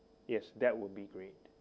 yes that would be great